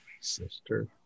sister